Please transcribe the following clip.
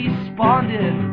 Responded